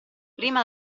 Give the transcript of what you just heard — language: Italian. prima